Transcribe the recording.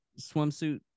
swimsuit